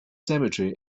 cemetery